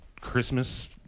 Christmas